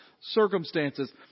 circumstances